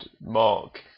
Mark